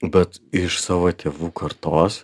bet iš savo tėvų kartos